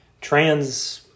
Trans